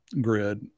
grid